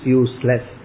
useless